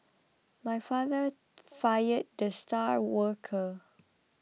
my father fired the star worker